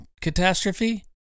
catastrophe